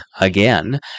again